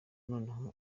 noneho